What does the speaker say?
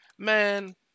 Man